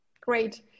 great